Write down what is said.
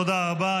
תודה רבה.